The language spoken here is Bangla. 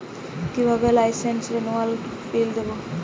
কিভাবে লাইসেন্স রেনুয়ালের বিল দেবো?